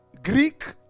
Greek